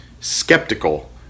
skeptical